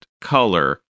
color